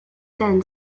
then